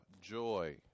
joy